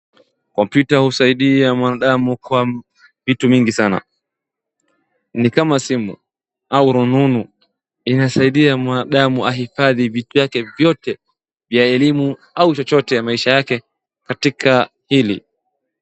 Kompyuta husaidia mwanadamu kwa vitu mingi sana. Ni kama simu au rununu inasaidia mwanadamu haifadhi vitu vyake vyote vya elimu au chochote ya maisha yake katika hili.